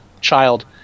child